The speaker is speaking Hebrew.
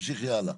תמשיכי הלאה.